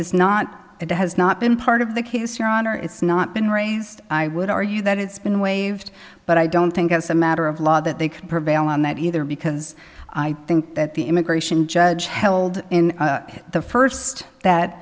is not it has not been part of the case your honor it's not been raised i would argue that it's been waived but i don't think it's a matter of law that they can prevail on that either because i think that the immigration judge held in the first that